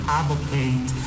advocate